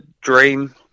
Dream